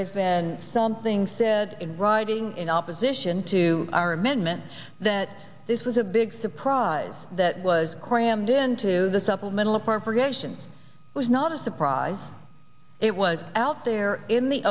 has been something said in writing in opposition to our amendment that this was a big surprise that was crammed into the supplemental appropriations was not a surprise it was out there in the